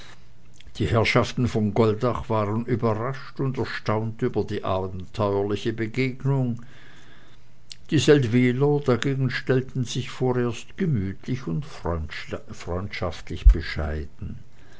die herrschaften von goldach waren überrascht und erstaunt über die abenteuerliche begegnung die seldwyler dagegen stellten sich vorerst gemütlich und freundschaftlich bescheiden